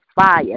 fire